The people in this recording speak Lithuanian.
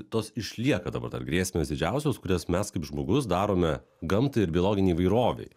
tos išlieka dabar dar grėsmės didžiausios kurias mes kaip žmogus darome gamtai ir biologinei įvairovei